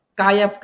kaya